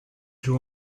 joue